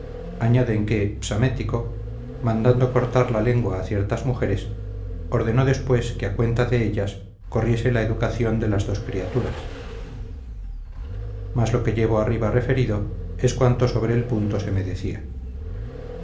añaden que psamético mandando cortar la lengua a ciertas mujeres ordenó después que a cuenta de ellas corriese la educación de las dos criaturas mas lo que llevo arriba referido es cuanto sobre el punto se me decía